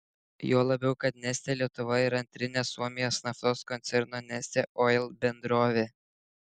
juo labiau kad neste lietuva yra antrinė suomijos naftos koncerno neste oil bendrovė